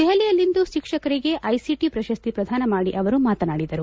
ದೆಹಲಿಯಲ್ಲಿಂದು ಶಿಕ್ಷಕರಿಗೆ ಐಸಿಟಿ ಪ್ರಶಸ್ತಿ ಪ್ರದಾನ ಮಾಡಿ ಅವರು ಮಾತನಾಡಿದರು